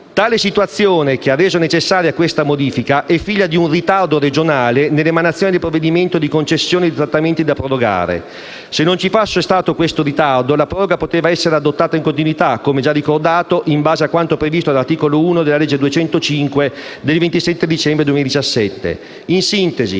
la situazione che ha reso necessaria questa modifica è figlia di un ritardo regionale nell'emanazione del provvedimento di concessione dei trattamenti da prorogare. Se non ci fosse stato questo ritardo, la proroga poteva essere adottata in continuità, come già ricordato, in base a quanto previsto dall'articolo 1 della legge n. 205 del 27 dicembre 2017. In sintesi,